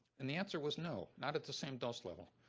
and the answer was no, not at the same dose level.